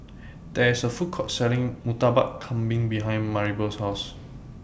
There IS A Food Court Selling Murtabak Kambing behind Maribel's House